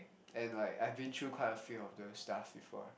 and like I'm been through quite a few of those stuff before